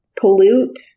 Pollute